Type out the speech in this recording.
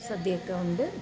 സദ്യയൊക്കെ ഉണ്ട്